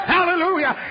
Hallelujah